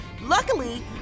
Luckily